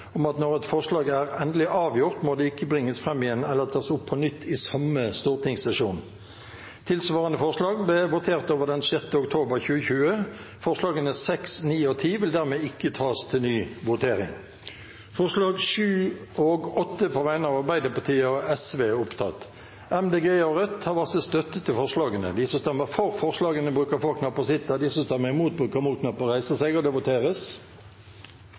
om at når et forslag er endelig avgjort, må det ikke bringes fram igjen eller tas opp på nytt i samme stortingssesjon. Tilsvarende forslag ble votert over den 6. oktober 2020. Forslagene nr. 6, 9 og 10 vil dermed ikke tas opp til ny votering nå. Det voteres først over forslagene nr. 7 og 8, fra Arbeiderpartiet og